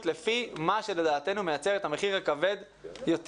לפי מה שלדעתנו מייצר את המחיר הכבד יותר.